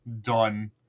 done